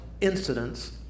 incidents